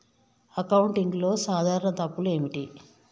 అకౌంటింగ్లో సాధారణ తప్పులు ఏమిటి?